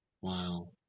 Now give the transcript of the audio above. wow